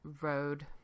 road